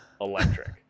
electric